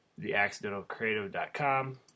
theaccidentalcreative.com